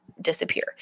disappear